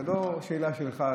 זו לא שאלה שלך,